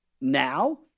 Now